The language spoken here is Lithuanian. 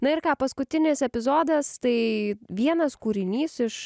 na ir ką paskutinis epizodas tai vienas kūrinys iš